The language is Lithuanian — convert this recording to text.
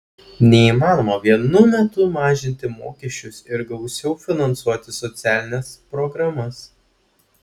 neįmanoma vienu metu mažinti mokesčius ir gausiau finansuoti socialines programas